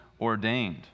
ordained